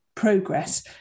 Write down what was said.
progress